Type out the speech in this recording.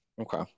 okay